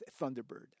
Thunderbird